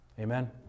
Amen